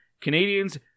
Canadians